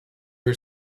are